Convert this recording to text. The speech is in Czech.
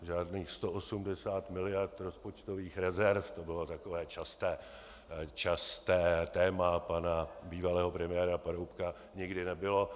Žádných 180 miliard rozpočtových rezerv, to bylo takové časté téma pana bývalého premiéra Paroubka, nikdy nebylo.